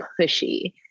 pushy